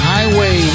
Highway